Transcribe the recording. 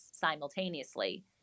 simultaneously